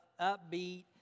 upbeat